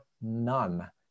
none